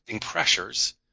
pressures